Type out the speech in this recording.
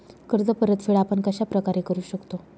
कर्ज परतफेड आपण कश्या प्रकारे करु शकतो?